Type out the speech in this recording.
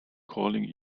calling